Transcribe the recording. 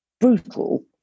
brutal